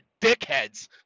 dickheads